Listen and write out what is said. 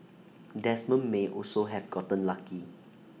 Desmond may also have gotten lucky